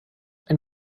ein